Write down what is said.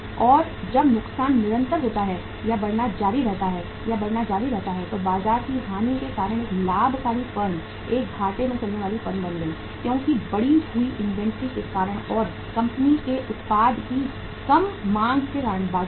और जब नुकसान निरंतर होता है या बढ़ना जारी रहता है या बढ़ना जारी रहता है तो बाजार की हानि के कारण एक लाभकारी फर्म एक घाटे में चलने वाली फर्म बन गई क्योंकि बढ़ी हुई इन्वेंट्री के कारण और कंपनी के उत्पाद की कम मांग के कारण बाजार